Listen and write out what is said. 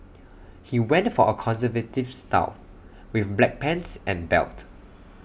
he went for A conservative style with black pants and belt